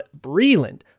Breland